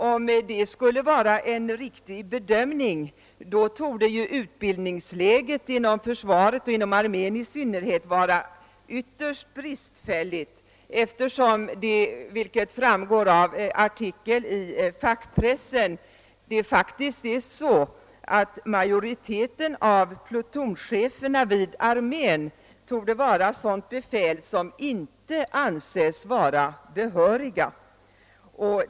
Om detta vore en riktig bedömning, skulle utbildningsläget inom försvaret, i synnerhet inom armén, vara ytterst prekärt, eftersom det torde vara så — vilket framgår av en artikel i fackpressen att majoriteten av plutoncheferna vid armén är sådant befäl som inte anses vara behörigt.